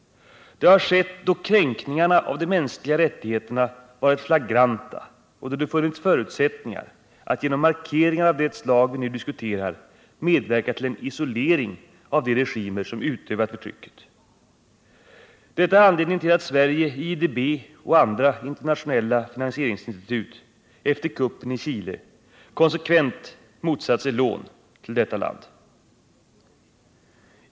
Det har skett då kränkningarna av de mänskliga rättigheterna varit flagranta och då det funnits förutsättningar att genom markeringar av det slag vi nu diskuterar medverka till en isolering av de regimer som utövat förtrycket. Deua är anledningen till att Sverige i IDB och andra internationella finansieringsinstitut efter kuppen i Chile konsekvent motsatt sig lån till detta land.